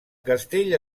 castell